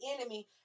enemy